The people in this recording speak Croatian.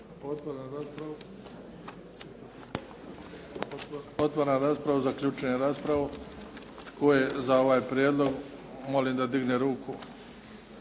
Otvaram raspravu. Zaključujem raspravu. Tko je za ovaj prijedlog molim da digne ruku.